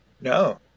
No